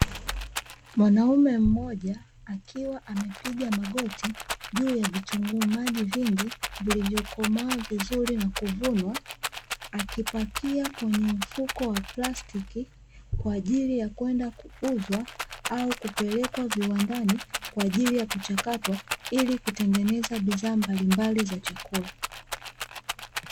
Mwanaume mmoja akiwa amepiga magoti juu ya vitunguu maji vingi vilivyokomaa na kuvunwa, akipakia kwenye mfuko wa plastiki kwa ajili ya kwenda kuuzwa au kupelekwa viwandani kwa ajili ya kuchakatwa, ili kutengeneza bidhaa mbalimbali za chakula.